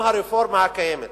אם הרפורמה הקיימת